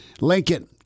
Lincoln